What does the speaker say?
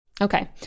Okay